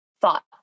thought